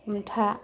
हमथा